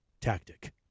tactic